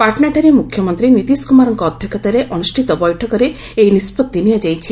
ପାଟନାଠାରେ ମୁଖ୍ୟମନ୍ତ୍ରୀ ନୀତିଶ କୁମାରଙ୍କ ଅଧ୍ୟକ୍ଷତାରେ ଅନୁଷ୍ଠିତ ବୈଠକରେ ଏହି ନିଷ୍ପଭି ନିଆଯାଇଛି